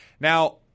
Now